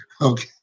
Okay